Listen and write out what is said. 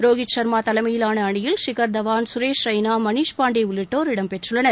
ரோஹித் ஷர்மா தலைமையிலான அணியில் ஷிகர் தவான் சுரேஷ் ரெய்னா மணிஷ் பாண்டே உள்ளிட்டோர் இடம்பெற்றுள்ளனர்